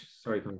Sorry